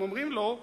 הם אומרים לו: